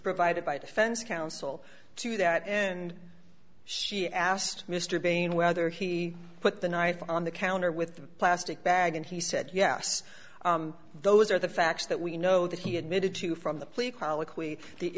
provided by defense counsel to that and she asked mr bean whether he put the knife on the counter with the plastic bag and he said yes those are the facts that we know that he admitted to from the